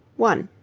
one